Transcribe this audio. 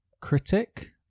critic